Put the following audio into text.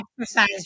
exercise